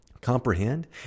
comprehend